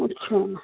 अच्छा